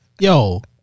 Yo